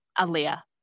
Alia